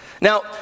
Now